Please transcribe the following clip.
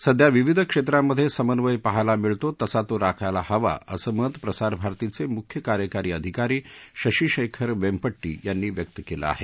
सध्या विविध क्षेत्रांमधे समन्वय पाहायला मिळतो तसा तो राखायला हवा असं मत प्रसारभारतीचे मुख्य कार्यकारी अधिकारी शशिशेखर वेम्पटी यांनी व्यक्त केलं आहे